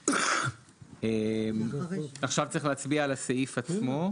אוקי, עכשיו צריך להצביע על הסעיף עצמו.